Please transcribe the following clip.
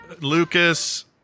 Lucas